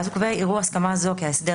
ואז הוא קובע: "יראו הסכמה זו כהסדר